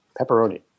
pepperoni